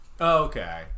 Okay